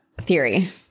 theory